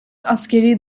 askeri